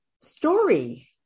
story